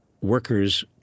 workers